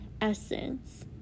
essence